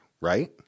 right